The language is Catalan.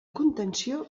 contenció